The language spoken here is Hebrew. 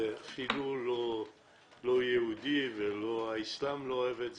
זה אפילו לא יהודי, והאסלאם לא אוהב את זה.